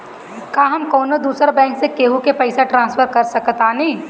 का हम कौनो दूसर बैंक से केहू के पैसा ट्रांसफर कर सकतानी?